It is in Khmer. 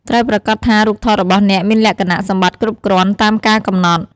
ត្រូវប្រាកដថារូបថតរបស់អ្នកមានលក្ខណៈសម្បត្តិគ្រប់គ្រាន់តាមការកំណត់។